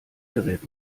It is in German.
gerät